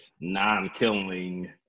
non-killing